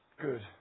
good